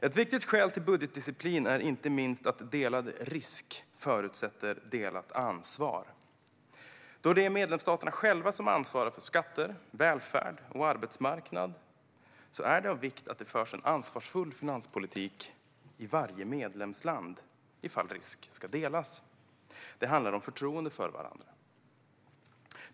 Ett viktigt skäl till budgetdisciplin är inte minst att delad risk förutsätter delat ansvar. Då det är medlemsstaterna själva som ansvarar för skatter, välfärd och arbetsmarknad är det av vikt att det förs en ansvarsfull finanspolitik i varje medlemsland ifall risk ska delas. Det handlar om förtroende för varandra.